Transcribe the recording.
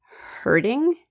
hurting